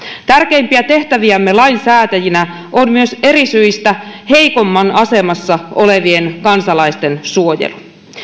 tärkeimpiä tehtäviämme lainsäätäjinä on myös eri syistä heikommassa asemassa olevien kansalaisten suojelu